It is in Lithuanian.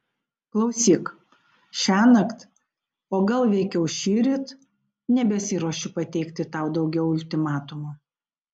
klausyk šiąnakt o gal veikiau šįryt nebesiruošiu pateikti tau daugiau ultimatumų